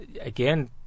again